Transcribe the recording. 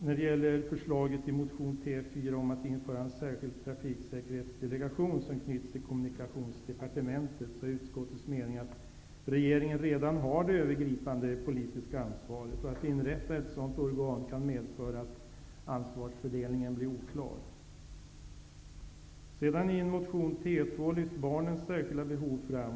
När det gäller förslaget i motion T4 om att införa en särskild trafiksäkerhetsdelegation som knyts till Kommunikationsdepartementet, är utskottets mening att regeringen redan har det övergripande politiska ansvaret och att inrättandet av ett sådant organ kan medföra att ansvarsfördelningen blir oklar. I motion T2 lyfts barnens särskilda behov fram.